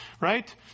right